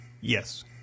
Yes